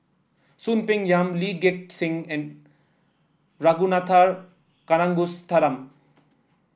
Soon Peng Yam Lee Gek Seng and Ragunathar Kanagasuntheram